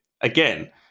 again